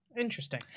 Interesting